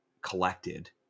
collected